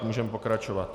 Můžeme pokračovat.